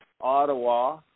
Ottawa